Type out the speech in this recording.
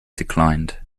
declined